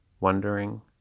wondering